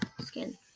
skin